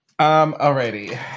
alrighty